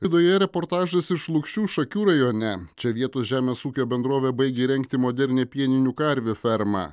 laidoje reportažas iš lukšių šakių rajone čia vietos žemės ūkio bendrovė baigia įrengti modernią pieninių karvių fermą